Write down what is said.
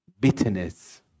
Bitterness